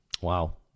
Wow